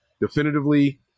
definitively